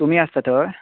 तुमी आसता थंय